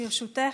קרן,